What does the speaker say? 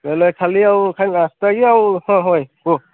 ବୋଲେ ଖାଲି ଆଉ ସେ ନାସ୍ତା କି ଆଉ ହଁ ଭାଇ କୁହ